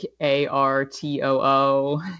A-R-T-O-O